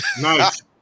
Nice